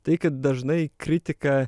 tai kad dažnai kritiką